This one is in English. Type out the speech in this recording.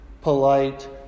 polite